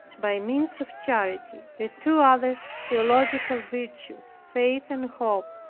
by means of charity, the two other theological virtues, faith and hope,